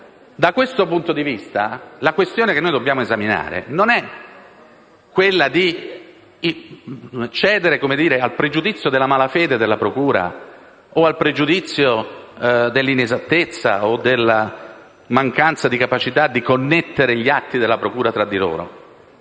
Da questo punto di vista, la questione che noi dobbiamo esaminare non è quella di cedere al pregiudizio della malafede della procura o al pregiudizio dell'inesattezza o della mancanza di capacità di connettere gli atti della procura tra di loro.